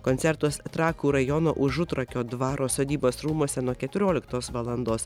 koncertas trakų rajono užutrakio dvaro sodybos rūmuose nuo keturioliktos valandos